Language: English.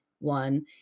one